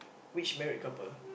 which married couple